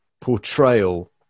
portrayal